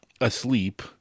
asleep